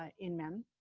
ah in mem.